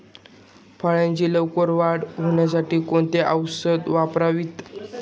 फळाची लवकर वाढ होण्यासाठी कोणती औषधे वापरावीत?